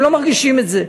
הם לא מרגישים את זה.